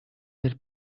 del